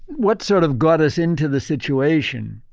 what sort of got us into the situation,